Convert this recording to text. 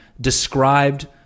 described